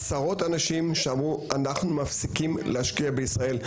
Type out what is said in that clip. עשרות אנשים שאמרו אנחנו מפסיקים להשקיע בישראל.